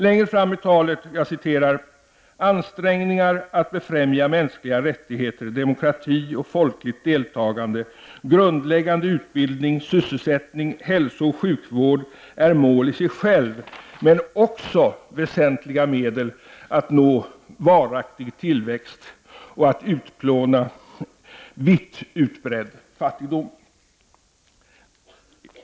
Längre fram i talet sägs att ansträngningar att befrämja mänskliga rättigheter, demokrati och folkligt deltagande, grundläggande utbildning, sysselsättning, hälsooch sjukvård är ett mål i sig självt, men också väsentliga medel att nå varaktig tillväxt och att utplåna vitt utbredd fattigdom.